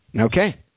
Okay